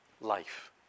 life